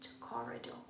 corridor